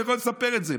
אני יכול לספר את זה,